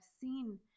seen